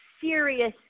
serious